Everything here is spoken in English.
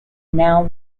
now